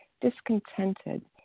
discontented